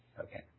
Okay